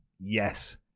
Yes